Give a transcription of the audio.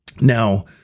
now